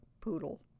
poodle